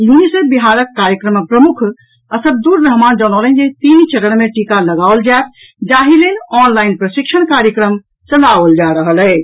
UNICEF बिहारक कार्यक्रम प्रमुख असदृदूर रहमान जनौलनि जे तीन चरण मे टीका लगाओल जायत जाहि लेल ऑनलाईन प्रशिक्षण कार्यक्रम चलाओल जा रहल अछि